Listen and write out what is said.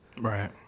Right